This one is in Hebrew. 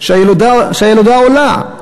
שהילודה בה עולה.